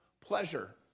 pleasure